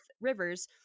rivers